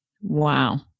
Wow